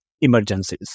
emergencies